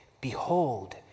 behold